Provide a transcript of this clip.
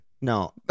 No